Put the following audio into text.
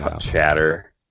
chatter